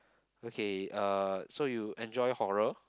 okay uh so you enjoy horror